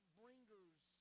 bringers